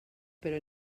però